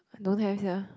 don't have sia